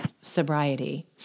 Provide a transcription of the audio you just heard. sobriety